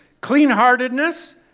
clean-heartedness